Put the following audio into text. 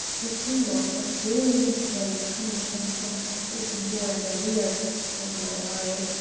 the single but brilliant ray coming from some half-open door in the rear caught my eye,